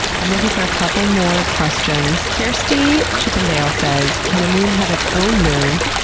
i'm looking for a couple more questions. kjersti chippindale says can a moon have its own moon?